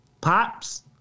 Pops